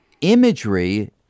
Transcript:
imagery